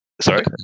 Sorry